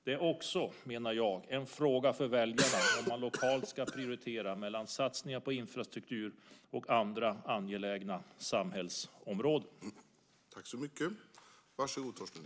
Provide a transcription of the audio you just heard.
Det är också, menar jag, en fråga för väljarna om man lokalt ska prioritera mellan satsningar på infrastruktur och andra angelägna samhällsområden.